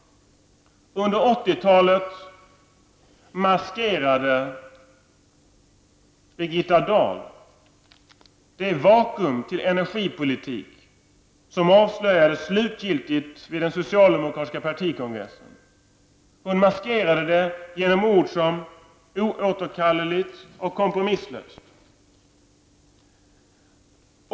Under 80-talet maskerade Birgitta Dahl det vakuum i fråga om energipolitik som avslöjades slutgiltigt vid den socialdemokratiska partikongressen. Hon maskerade det genom ord som ''oåterkalleligt'' och ''kompromisslöst''.